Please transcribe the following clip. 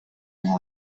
and